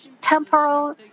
temporal